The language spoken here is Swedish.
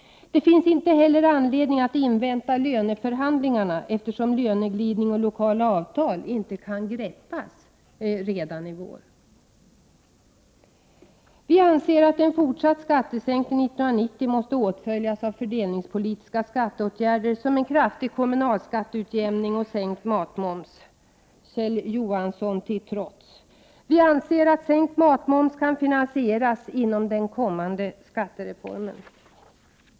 Det finns inte heller anledning att invänta löneförhandlingarna, eftersom löneglidning och lokala avtal inte kan greppas redan i vår. Vi anser att en fortsatt skattesänkning 1990 måste åtföljas av fördelningspolitiska skatteåtgärder, som en kraftig kommunalskatteutjämning och sänkt matmoms — Kjell Johansson till trots. Vi anser att sänkt matmoms kan finansieras inom den kommande skattereformen.